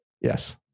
Yes